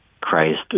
Christ